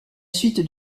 suite